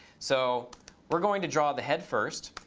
so we're going to draw the head first.